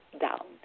down